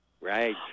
Right